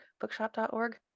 bookshop.org